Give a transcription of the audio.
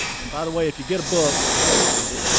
and by the way, if you get a book, please read it.